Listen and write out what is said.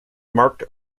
marked